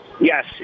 yes